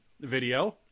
video